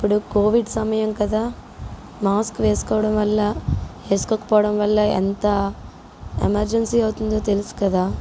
ఇప్పుడు కోవిడ్ సమయం కదా మాస్క్ వేసుకోవడం వల్ల వేసుకొకపోవడం వల్ల ఎంతా ఎమర్జెన్సీ అవుతుందో తెలుసు కదా